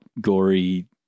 Gory